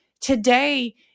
Today